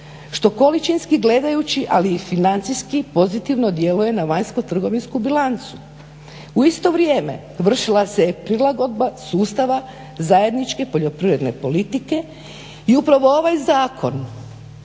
što količinski gledajući ali i financijski pozitivno djeluje na vanjsko trgovinsku bilancu. U isto vrijeme vršila se prilagodba sustava zajedničke poljoprivredne politike i upravo ovaj zakon